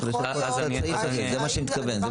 לשפות את --- זה מה שהיא מתכוונת.